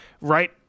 Right